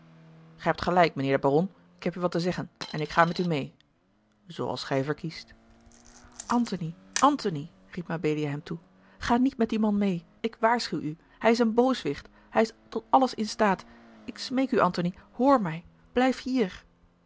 gij hebt gelijk mijnheer de baron ik heb u wat te zeggen en ik ga met u meê zooals gij verkiest antony antony riep mabelia hem toe ga niet met dien man meê ik waarschuw u hij is een booswicht hij is tot alles in staat ik smeek u antony hoor mij blijf hier